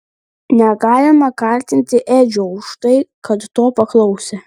negalima kaltinti edžio už tai kad to paklausė